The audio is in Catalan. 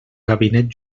gabinet